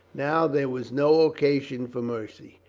now there was no occasion for mercy.